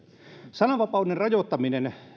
sananvapauden rajoittaminen